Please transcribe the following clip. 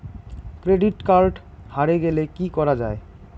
Credit card হারে গেলে কি করা য়ায়?